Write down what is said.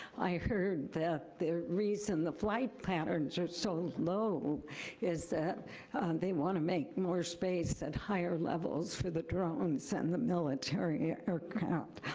i heard that the reason the flight patterns are so low is that they wanna make more space and higher levels for the drones and the military aircraft,